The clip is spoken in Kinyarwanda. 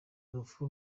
urupfu